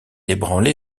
ébranlé